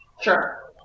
Sure